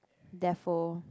therefore